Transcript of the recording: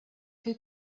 who